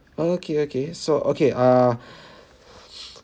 okay okay so okay ah